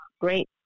great